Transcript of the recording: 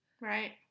Right